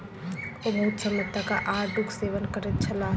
ओ बहुत समय तक आड़ूक सेवन करैत छलाह